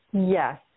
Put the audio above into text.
yes